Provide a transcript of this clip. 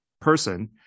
person